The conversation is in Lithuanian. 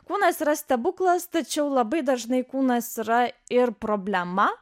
kūnas yra stebuklas tačiau labai dažnai kūnas yra ir problema